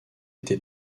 été